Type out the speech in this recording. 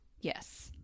Yes